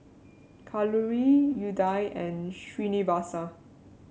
Kalluri Udai and Srinivasa